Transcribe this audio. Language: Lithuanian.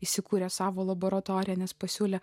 įsikūrė savo laboratoriją nes pasiūlė